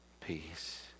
peace